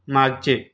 मागचे